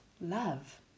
love